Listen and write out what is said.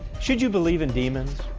should you believe in demons?